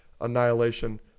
Annihilation